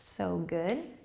so good.